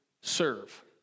serve